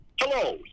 Hello